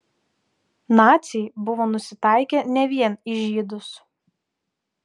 naciai buvo nusitaikę ne vien į žydus